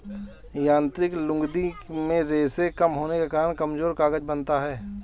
यांत्रिक लुगदी में रेशें कम होने के कारण कमजोर कागज बनता है